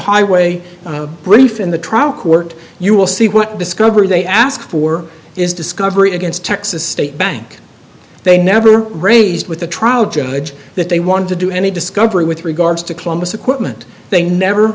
highway brief in the trial court you will see what discovery they ask for is discovery against texas state bank they never raised with the trout judge that they want to do any discovery with regards to columbus equipment they never